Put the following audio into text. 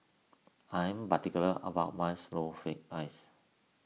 I am particular about my Snowflake Ice